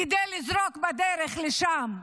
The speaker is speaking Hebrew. כדי לזרוק בדרך לשם,